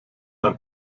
ein